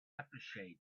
appreciate